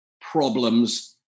problems